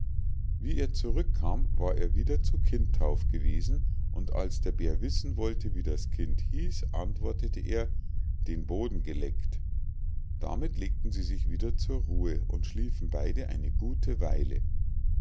wie er zurückkam war er wieder zu kindtauf gewesen und als der bär wissen wollte wie das kind hieß antwortete er den boden geleckt damit legten sie sich wieder zur ruhe und schliefen beide eine gute weile